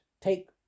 take